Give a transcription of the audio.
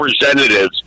Representatives